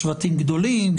שבטים גדולים,